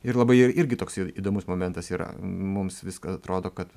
ir labai ir irgi toks įdomus momentas yra i mums viską atrodo kad